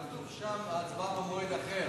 כתוב שם: ההצבעה במועד אחר.